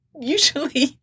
usually